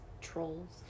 Trolls